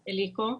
אליקו.